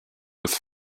with